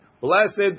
Blessed